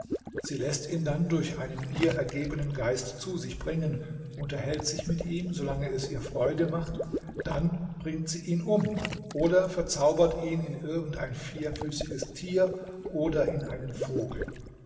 sie läßt ihn dann durch einen ihr ergebenen geist zu sich bringen unterhält sich mit ihm solange es ihr freude macht dann bringt sie ihn um oder verzaubert ihn in irgendein vierfüßiges tier oder in einen vogel